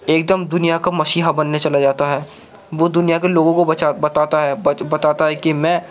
تو ایک دم دنیا کا مسیحا بننے چلا جاتا ہے وہ دنیا کے لوگوں کو بچا بتاتا ہے بتاتا ہے کہ میں